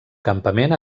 campament